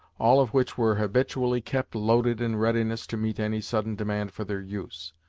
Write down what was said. all of which were habitually kept loaded in readiness to meet any sudden demand for their use.